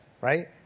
right